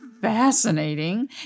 fascinating